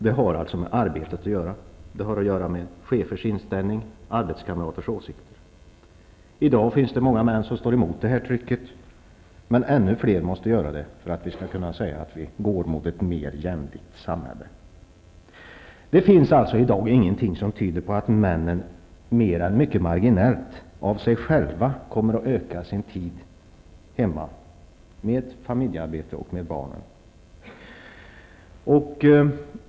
Det har att göra med arbetet, med chefers inställning och med arbetskamraters åsikter. I dag finns det många män som står emot trycket, men många fler behövs för att vi skall kunna säga att vi går mot ett mer jämlikt samhälle. Det finns alltså i dag ingenting som tyder på att männen mer än mycket marginellt av sig själva kommer att utöka sin tid i hemmet med familjearbete och med barnen.